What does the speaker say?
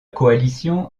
coalition